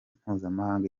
mpuzamahanga